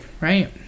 Right